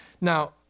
Now